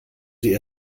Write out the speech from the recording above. sie